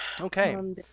Okay